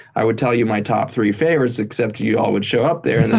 i would tell you my top three favorites, except you you all would show up there